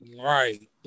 Right